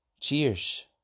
Cheers